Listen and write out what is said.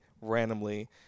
randomly